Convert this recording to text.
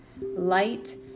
Light